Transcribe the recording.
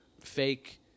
fake